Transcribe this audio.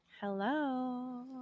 hello